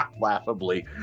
laughably